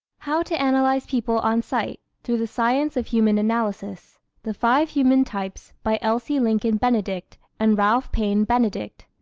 how to analyze people on sight through the science of human analysis the five human types by elsie lincoln benedict and ralph paine benedict